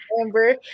Amber